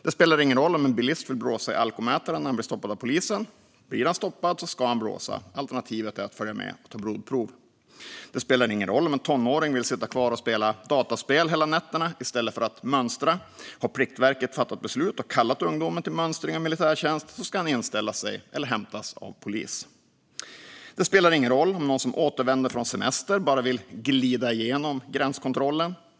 Det spelar ingen roll om en bilist vill blåsa i alkomätaren eller inte om han blir stoppad av polisen. Blir han stoppad ska han blåsa. Alternativet blir att följa med för att ta blodprov. Det spelar ingen roll om en tonåring vill sitta kvar och spela dataspel hela nätterna i stället för att mönstra. Har Plikt och prövningsverket fattat beslut och kallat ungdomen till mönstring och militärtjänst ska han inställa sig. Annars hämtas han av polis. Det spelar ingen roll om någon som återvänder från semester bara vill glida igenom gränskontrollen.